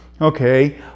okay